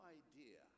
idea